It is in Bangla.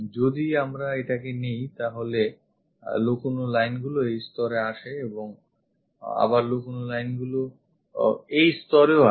যদি আমরা এটাকে নিই তাহলে লুকোনো line গুলি এই স্তরে আসে এবং আবার লুকোনো line গুলি সেই স্তরেও আসে